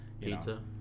Pizza